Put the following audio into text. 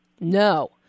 no